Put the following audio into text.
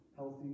healthy